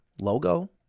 logo